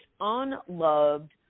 unloved